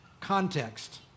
context